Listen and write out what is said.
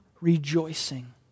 rejoicing